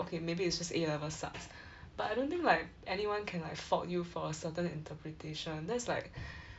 okay maybe it's just A levels sucks but I don't think like anyone can like fault you for a certain interpretation that's like